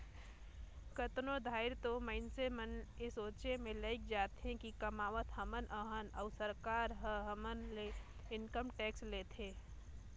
कतनो धाएर तो मइनसे मन ए सोंचे में लइग जाथें कि कमावत हमन अहन अउ सरकार ह हमर ले इनकम टेक्स लेथे